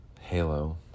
Halo